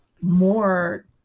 more